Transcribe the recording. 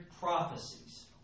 prophecies